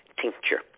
tincture